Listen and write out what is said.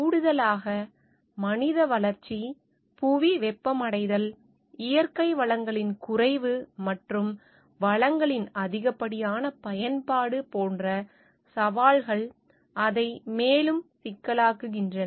கூடுதலாக மனித வளர்ச்சி புவி வெப்பமடைதல் இயற்கை வளங்களின் குறைவு மற்றும் வளங்களின் அதிகப்படியான பயன்பாடு போன்ற சவால்கள் அதை மேலும் சிக்கலாக்குகின்றன